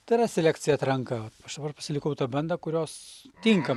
tai yra selekcija atranka aš dabar pasilikau tą bandą kurios tinka